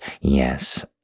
Yes